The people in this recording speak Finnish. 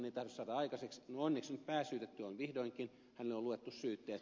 no onneksi nyt pääsyytetylle on vihdoinkin luettu syytteet